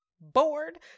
bored